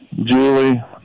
Julie